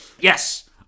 yes